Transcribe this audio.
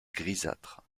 grisâtres